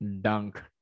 dunk